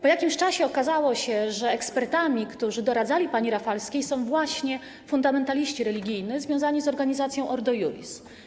Po jakimś czasie okazało się, że ekspertami, którzy doradzali pani Rafalskiej, są właśnie fundamentaliści religijni związani z organizacją Ordo Iuris.